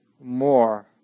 more